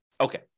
Okay